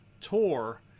tour